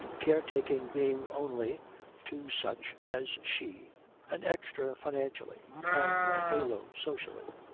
caretaking being only to such as she an extra financially and a halo socially.